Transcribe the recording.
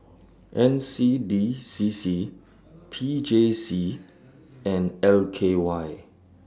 N C D C C P J C and L K Y